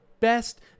best